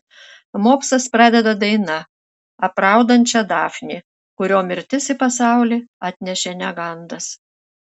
mopsas pradeda daina apraudančia dafnį kurio mirtis į pasaulį atnešė negandas